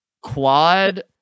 Quad